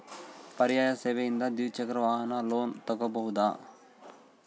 ಪರ್ಯಾಯ ಸೇವೆಯಿಂದ ದ್ವಿಚಕ್ರ ವಾಹನದ ಲೋನ್ ತಗೋಬಹುದಾ?